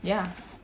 ya